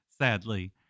sadly